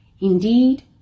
Indeed